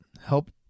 help